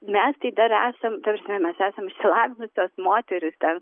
mes tai dar esam ta prasme mes esam išsilavinusios moterys ten